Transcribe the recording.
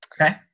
Okay